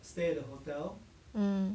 mm